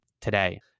today